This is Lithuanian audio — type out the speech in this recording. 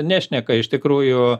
nešneka iš tikrųjų